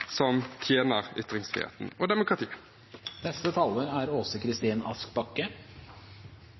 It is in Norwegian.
som tjener ytringsfriheten og demokratiet.